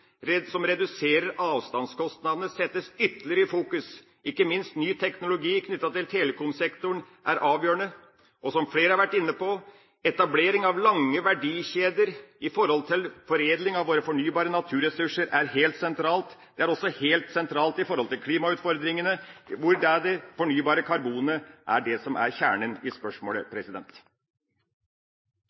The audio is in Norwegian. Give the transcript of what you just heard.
som reduserer avstandskostnadene, settes ytterligere i fokus. Ikke minst er ny teknologi knyttet til telekomsektoren avgjørende, og, som flere har vært inne på, er etablering av lange verdikjeder når det gjelder foredling av våre fornybare naturressurser, helt sentralt. Det er også helt sentralt når det gjelder klimautfordringene, hvor det fornybare karbonet er det som er kjernen i spørsmålet.